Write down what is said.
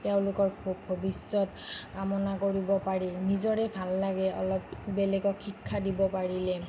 তেওঁলোকৰ ভৱিষ্যৎ কামনা কৰিব পাৰি নিজৰে ভাল লাগে অলপ বেলেগক শিক্ষা দিব পাৰিলে